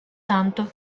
tanto